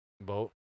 Boat